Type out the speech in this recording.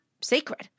sacred